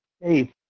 Hey